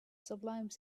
sublime